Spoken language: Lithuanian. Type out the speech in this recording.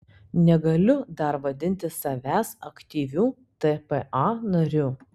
negaliu dar vadinti savęs aktyviu tpa nariu